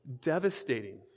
devastating